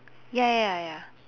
ya ya ya ya ya